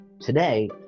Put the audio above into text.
Today